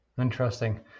interesting